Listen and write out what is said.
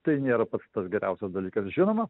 tai nėra pats geriausias dalykas žinoma